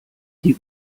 die